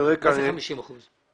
מה זה 50 אחוזים?